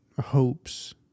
hopes